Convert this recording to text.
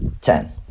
ten